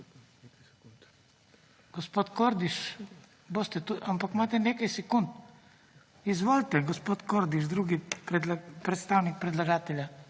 boste tudi… ampak imate nekaj sekund? Izvolite, gospod Kordiš, drugi predstavnik predlagatelja.